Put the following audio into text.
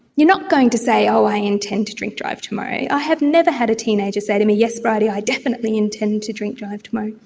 you're not going to say i intend to drink drive tomorrow. i have never had a teenager say to me, yes bridie, i definitely intend to drink drive tomorrow.